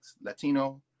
Latino